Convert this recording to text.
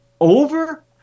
over